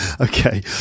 Okay